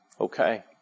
Okay